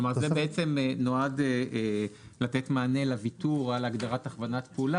כלומר זה בעצם נועד לתת מענה לויתור על הגדרת הכוונת פעולה